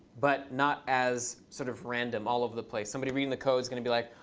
but not as sort of random all over the place. somebody reading the code is going to be like,